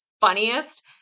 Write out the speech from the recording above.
funniest